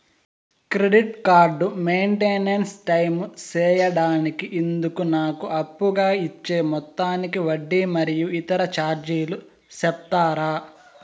Credit card maintain time సేయడానికి ఇందుకు నాకు అప్పుగా ఇచ్చే మొత్తానికి వడ్డీ మరియు ఇతర చార్జీలు సెప్తారా?